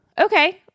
okay